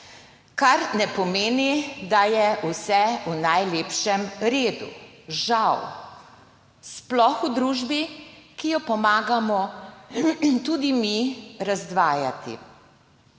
kar ne pomeni, da je vse v najlepšem redu, žal. Sploh v družbi, ki jo pomagamo tudi mi razdvajati.